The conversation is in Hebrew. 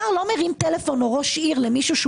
שר לא מרים טלפון או ראש עיר למישהו שהוא